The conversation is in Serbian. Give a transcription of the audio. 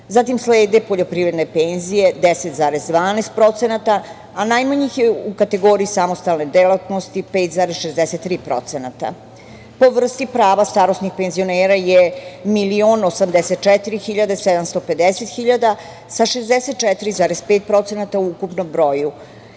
zatim slede poljoprivredne penzije 10,2%, a najmanje ih je u kategoriji samostalne delatnosti 5,63%. Po vrsti prava, starosnih penzionera je 1.084.750 sa 64,5% u ukupnom broju,